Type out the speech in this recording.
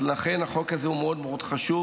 לכן החוק הזה הוא מאוד מאוד חשוב,